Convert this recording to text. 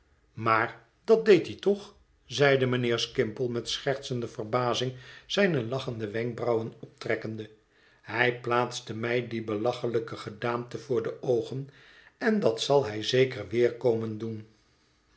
maar dat deed hij toch zeide mijnheer skimpole met schertsende verbazing zijne lachende wenkbrauwen optrekkende hij plaatste mij die belachelijke gedaante voor de oogen en dat zal hij zeker weer komen doen